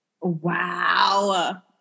Wow